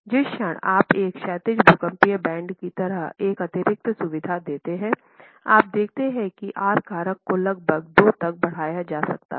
जिस क्षण आप एक क्षैतिज भूकंपीय बैंड की तरह एक अतिरिक्त सुविधा देते हैं आप देखते हैं कि आर कारक को लगभग 2 तक बढ़ाया जा सकता है